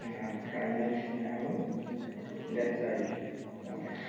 जोंना गायनाय फुनायाबो लेट जायो बहाय